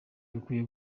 bikwiye